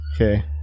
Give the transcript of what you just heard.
Okay